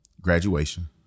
Graduation